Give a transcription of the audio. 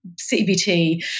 CBT